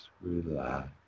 relax